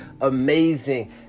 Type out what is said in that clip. amazing